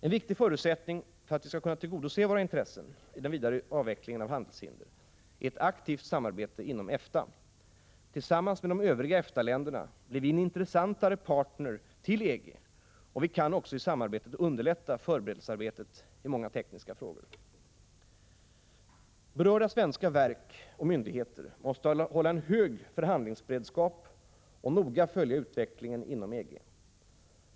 En viktig förutsättning för att vi skall kunna tillgodose våra intressen i den vidare avvecklingen av handelshinder är ett aktivt samarbete inom EFTA. Tillsammans med de övriga EFTA-länderna blir vi en intressantare partner till EG, och vi kan också i samarbetet underlätta förberedelsearbetet i många tekniska frågor. Berörda svenska verk och myndigheter måste hålla en hög förhandlingsberedskap och noga följa utvecklingen inom EG.